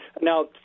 now